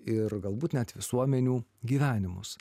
ir galbūt net visuomenių gyvenimus